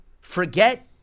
Forget